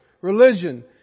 religion